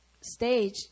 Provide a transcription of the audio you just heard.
stage